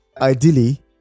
ideally